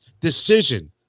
decision